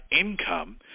income